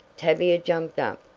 tavia jumped up,